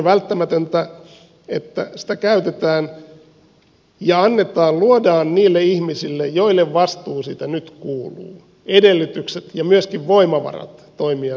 on välttämätöntä että sitä käytetään ja annetaan luodaan niille ihmisille joille vastuu siitä nyt kuuluu edellytykset ja myöskin voimavarat toimia niin